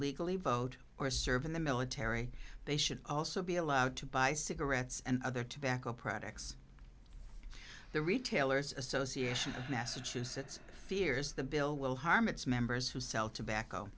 legally vote or serve in the military they should also be allowed to buy cigarettes and other tobacco products the retailers association of massachusetts fears the bill will harm its members who sell tobacco